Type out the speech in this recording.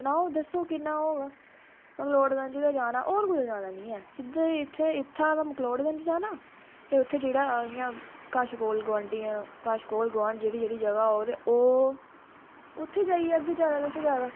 कन्ने ओह् दस्सो किन्ना ओह् मकलोडगंज जाना सिद्धे मकलोडगंज जाना ते उत्थै जेहड़ा कश कोल गवांढी कश कोल गवांढ जेहड़ी जगह होग ओहदा ओह् उत्थै जाहगे ठी ज्यादा कोला ज्यादा